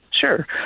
sure